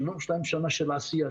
חלפו להם 72 שנה של עשייה,